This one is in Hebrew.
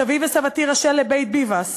סבי וסבתי רשל לבית ביבאס